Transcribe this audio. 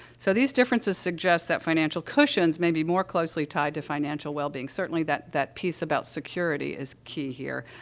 so, these differences suggest that financial cushions may be more closely tied to financial wellbeing. certainly, that that piece about security is key here,